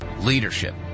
leadership